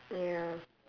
ya